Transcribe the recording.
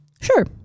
sure